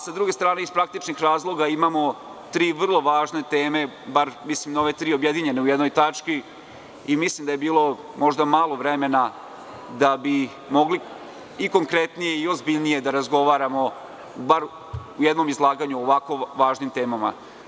S druge strane, iz praktičnih razloga imamo tri vrlo važne teme, bar mislim na ove tri objedinjene u jednoj tački i mislim da je bilo možda malo vremena da bi mogli i konkretnije i ozbiljnije da razgovaramo bar u jednom izlaganju o ovako važnim temama.